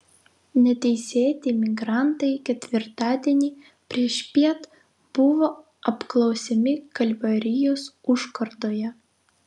neteisėti migrantai ketvirtadienį priešpiet buvo apklausiami kalvarijos užkardoje